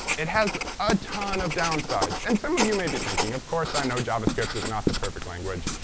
it has a ton of downsides. and some of you may be thinking, of course i know javascript is not the perfect language,